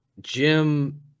jim